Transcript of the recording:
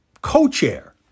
co-chair